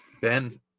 Ben